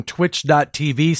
Twitch.tv